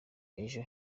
ejo